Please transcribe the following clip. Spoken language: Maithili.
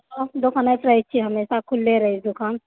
दोकाने पर रहैत छियै हमेशा खुलले रहैए दुकान